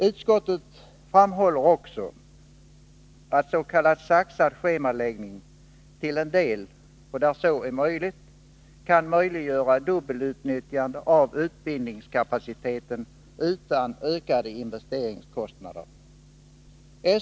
Utskottet framhåller också att s.k. saxad schemaläggning till en del, och där så går att genomföra, kan möjliggöra dubbelutnyttjande av utbildningskapaciteten utan ökade investeringskostnader.